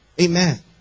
Amen